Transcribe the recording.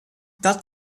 that